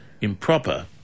improper